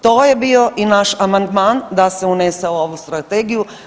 To je bio i naš amandman da se unese ovo u ovu strategiju.